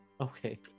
Okay